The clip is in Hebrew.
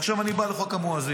עכשיו אני בא לחוק המאזין.